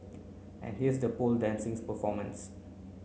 and here's the pole dancing performances